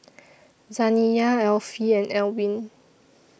Zaniyah Alfie and Alwine